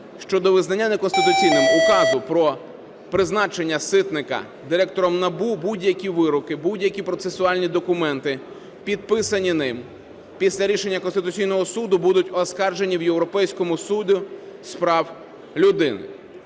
щодо визнання неконституційним Указу про призначення Ситника Директором НАБУ, будь-які вироки, будь-які процесуальні документи, підписані ним, після рішення Конституційного Суду будуть оскаржені в Європейському суді з прав людини.